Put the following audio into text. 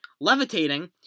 levitating